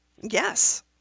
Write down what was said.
Yes